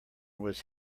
was